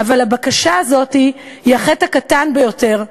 "אבל הבקשה הזאת היא החטא הקטן ביותר"